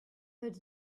were